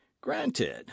Granted